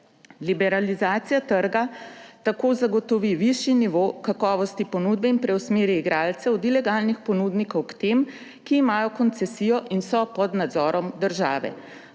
Liberalizacija trga tako zagotovi višji nivo kakovosti ponudbe in preusmeri igralce od ilegalnih ponudnikov k tem, ki imajo koncesijo in so pod nadzorom države.